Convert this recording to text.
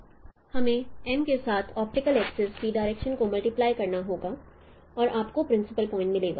हमें M के साथ ऑप्टिकल एक्सिस की डायरेक्शनस को मल्टीप्लाई करना होगा और आपको प्रिंसिपल पॉइंट मिलेगा